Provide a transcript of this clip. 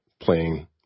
playing